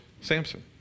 Samson